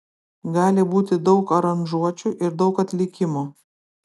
gali būti daug aranžuočių ir daug atlikimų